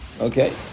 Okay